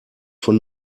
von